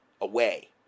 away